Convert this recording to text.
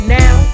now